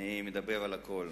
אני מדבר על הכול.